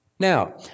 Now